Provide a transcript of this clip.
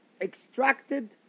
extracted